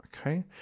Okay